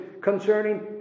concerning